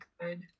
good